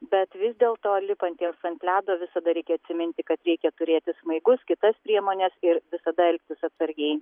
bet vis dėl to lipantiems ant ledo visada reikia atsiminti kad reikia turėti smaigus kitas priemones ir visada elgtis atsargiai